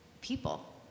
people